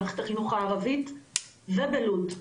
מערכת החינוך הערבית ובלוד,